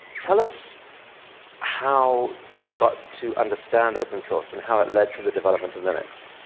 tell us how you got to understand open source and how it lead to the development of linux.